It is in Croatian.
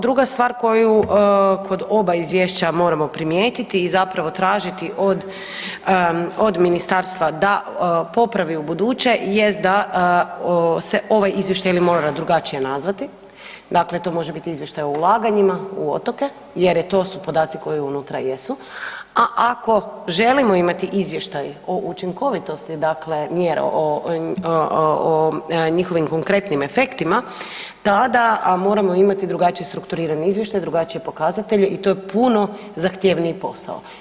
Druga stvar koju kod oba izvješća moramo primijetiti i zapravo tražiti od od ministarstva da popravi ubuduće jest da se ovaj izvještaj ili mora drugačije nazvati, dakle to može biti izvještaj o ulaganjima u otoke jer to su podaci koji unutra jesu, a ako želimo imati izvještaj o učinkovitosti dakle mjera o njihovim konkretnim efektima tada moramo imati drugačije strukturirani izvještaj, drugačije pokazatelje i to je puno zahtjevniji posao.